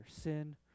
sin